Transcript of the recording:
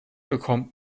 bekommt